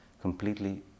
completely